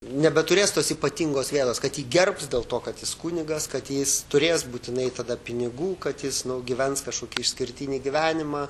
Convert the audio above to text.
nebeturės tos ypatingos vietos kad ji gerbs dėl to kad jis kunigas kad jis turės būtinai tada pinigų kad jis nu gyvens kažkokį išskirtinį gyvenimą